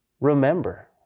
Remember